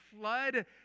flood